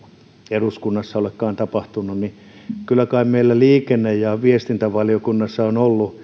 eduskunnassa olekaan tapahtunut niin kyllä kai meillä liikenne ja viestintävaliokunnassa on ollut kun me olemme